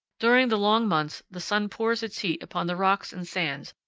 during the long months the sun pours its heat upon the rocks and sands,